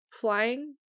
flying